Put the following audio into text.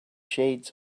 shades